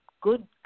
good